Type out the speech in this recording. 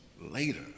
later